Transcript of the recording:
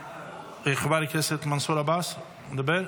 חבר הכנסת מנסור עבאס, מדבר?